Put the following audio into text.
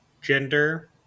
gender